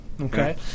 Okay